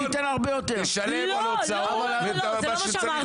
יצחק פינדרוס (הוועדה המיוחדת לפניות הציבור): לא זה מה שאמרתי.